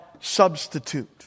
substitute